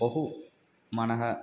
बहु मनः